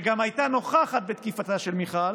שהייתה נוכחת בתקיפתה של מיכל,